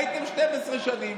הייתם 12 שנים.